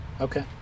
okay